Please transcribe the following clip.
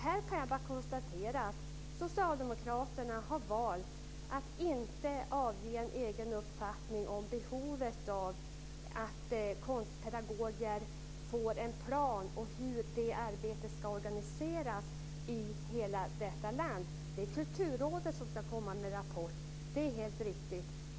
Här kan jag bara konstatera att Socialdemokraterna har valt att inte avge en egen uppfattning om behovet av att konstpedagoger får en plan och får veta hur det arbetet ska organiseras i hela landet. Det är Kulturrådet som ska komma med en rapport. Det är helt riktigt.